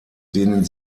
denen